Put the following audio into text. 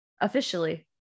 Officially